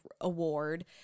Award